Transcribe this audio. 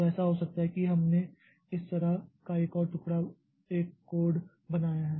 तो ऐसा हो सकता है कि हमने इस तरह का एक कोड बनाया है